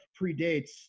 predates